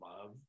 love